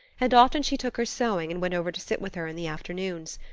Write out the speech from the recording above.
and often she took her sewing and went over to sit with her in the afternoons.